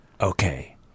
Okay